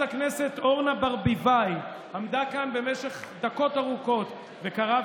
חברת הכנסת אורנה ברביבאי עמדה כאן במשך דקות ארוכות וקראה,